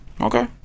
Okay